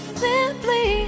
simply